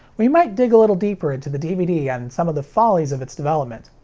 we might dig a little deeper into the dvd and some of the follies of its development.